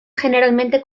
generalmente